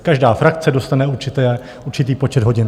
Každá frakce dostane určitý počet hodin.